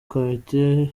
komite